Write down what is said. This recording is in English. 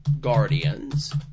Guardians